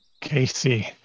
Casey